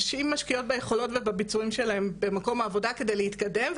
נשים משקיעות ביכולות ובביצועים שלהן במקום העבודה כדי להתקדם,